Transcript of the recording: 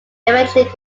eventually